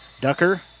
Ducker